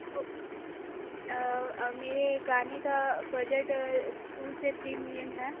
तो मेरे गाने का बजट है टू से थ्री मिलियन है